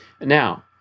Now